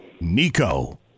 Nico